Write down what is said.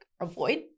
avoid